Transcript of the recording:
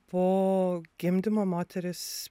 po gimdymo moterys